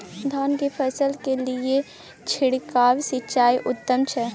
धान की फसल के लिये छिरकाव सिंचाई उत्तम छै?